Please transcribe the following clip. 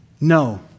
No